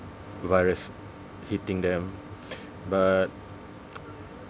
virus hitting them but